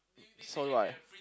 so do I